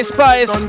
Spice